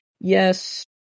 Yes